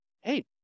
Hey